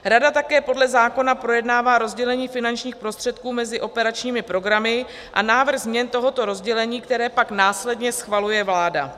Rada také podle zákona projednává rozdělení finančních prostředků mezi operačními programy a návrh změn tohoto rozdělení, které pak následně schvaluje vláda.